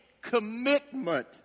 commitment